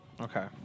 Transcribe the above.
Okay